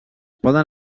poden